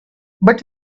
but